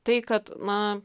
tai kad na